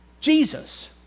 Jesus